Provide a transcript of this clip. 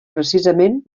precisament